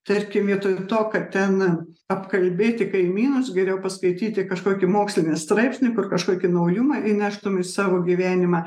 tarkim vietoj to kad ten apkalbėti kaimynus geriau paskaityti kažkokį mokslinį straipsnį kur kažkokį naujumą įneštum į savo gyvenimą